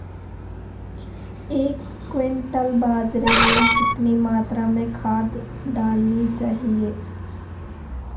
एक क्विंटल बाजरे में कितनी मात्रा में खाद डालनी चाहिए?